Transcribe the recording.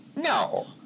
No